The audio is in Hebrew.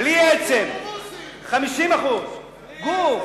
בלי עצם, 50%. גוף